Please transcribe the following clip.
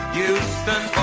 Houston